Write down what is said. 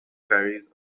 ferries